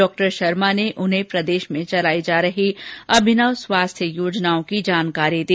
डॉ शर्मा ने उन्हें प्रदेश में चलाई जा रही अभिनव स्वास्थ्य योजनाओं की जानकारी दी